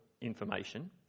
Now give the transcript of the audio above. information